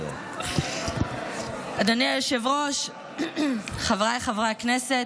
אדוני היושב-ראש, חבריי חברי הכנסת,